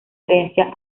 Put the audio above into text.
herencia